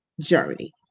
journey